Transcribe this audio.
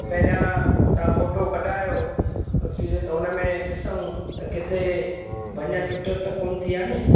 पहिरियां तव्हां फ़ोटो कढायो तस्वीर त हुनमें ॾिसूं त किथे भंज टुट कोन्ह थी आ्हे नी